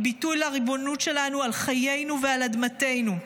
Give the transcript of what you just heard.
היא ביטוי לריבונות שלנו על חיינו ועל אדמתנו.